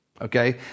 Okay